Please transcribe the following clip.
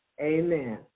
Amen